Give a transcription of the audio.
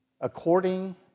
according